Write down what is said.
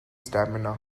stamina